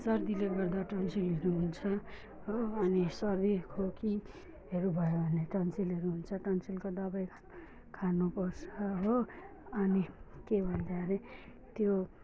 सर्दीले गर्दा टन्सिलहरू हुन्छ हो अनि सर्दी खोकीहरू भयो भने त टन्सिलहरू हुन्छ टन्सिलको दबाई खानु पर्छ हो अनि के भन्छ हरे त्यो